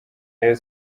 rayon